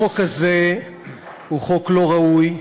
החוק הזה הוא חוק לא ראוי,